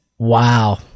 Wow